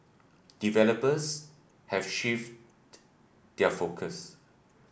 developers have shifted their focus